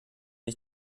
ich